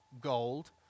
gold